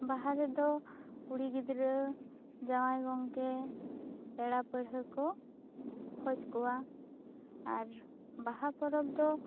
ᱵᱟᱦᱟ ᱨᱮᱫᱚ ᱠᱩᱲᱤ ᱜᱤᱫᱽᱨᱟᱹ ᱡᱟᱶᱟᱭ ᱜᱚᱝᱠᱮ ᱯᱮᱲᱟ ᱯᱟᱹᱲᱦᱟᱹ ᱠᱚ ᱠᱷᱚᱡ ᱠᱚᱣᱟ ᱟᱨ ᱵᱟᱦᱟ ᱯᱚᱨᱚᱵᱽ ᱫᱚ